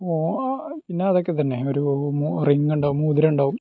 പിന്നെ അതൊക്കെ തന്നെ ഒരു റിങ് ഉണ്ടാവും മോതിരമുണ്ടാവും